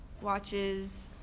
watches